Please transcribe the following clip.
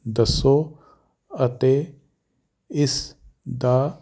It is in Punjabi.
ਦੱਸੋ ਅਤੇ ਇਸ ਦਾ